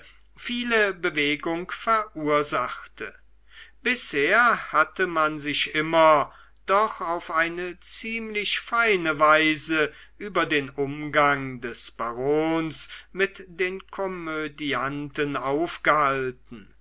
viel bewegung verursachte bisher hatte man sich immer doch auf eine ziemlich feine weise über den umgang des barons mit den komödianten aufgehalten